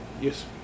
yes